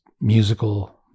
musical